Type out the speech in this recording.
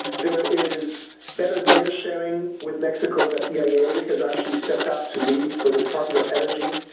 there is better data sharing with mexico that eia yeah has actually stepped out to need for the department of energy,